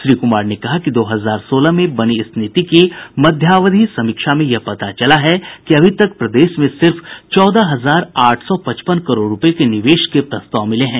श्री कुमार ने कहा कि दो हजार सोलह में बनी इस नीति की मध्यावधि समीक्षा से यह पता चला है कि अभी तक प्रदेश में सिर्फ चौदह हजार आठ सौ पचपन करोड़ रूपये के निवेश के प्रस्ताव मिले हैं